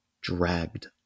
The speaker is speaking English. dragged